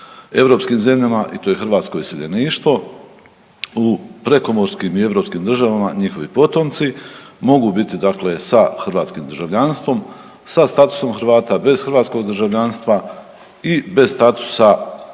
europskim zemljama i to je hrvatsko iseljeništvo u prekomorskim i europskim državama, njihovi potomci mogu biti sa hrvatskim državljanstvom, sa statusom Hrvata bez hrvatskog državljanstva i bez statusa i